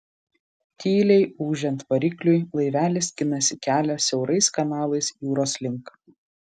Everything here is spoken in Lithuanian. tyliai ūžiant varikliui laivelis skinasi kelią siaurais kanalais jūros link